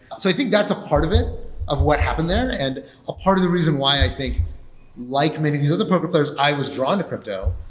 so i think that's a part of it of what happened there. and a part of the reason why i think like many of these other poker players, i was drawn to crypto,